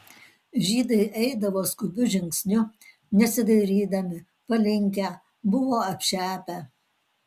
žydai eidavo skubiu žingsniu nesidairydami palinkę buvo apšepę